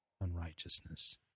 unrighteousness